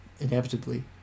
inevitably